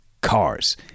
cars